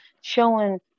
showing